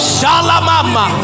Shalamama